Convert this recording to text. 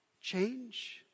change